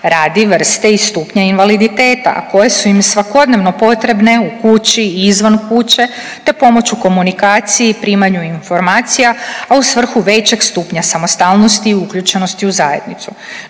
radi vrste i stupnja invaliditeta, a koje su im svakodnevno potrebne u kući i izvan kuće te pomoć u komunikaciji i primanju informacija, a u svrhu većeg stupnja samostalnosti i uključenosti u zajednicu.